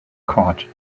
court